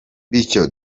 bityo